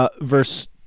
verse